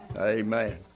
amen